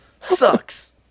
sucks